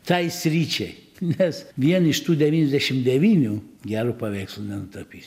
tai sričiai nes vien iš tų devyniasdešim devynių gero paveikslo nenutapys